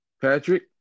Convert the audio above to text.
Patrick